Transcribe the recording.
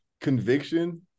conviction